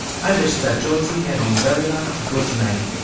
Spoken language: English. i wish that jonesy had been well enough to go to-night.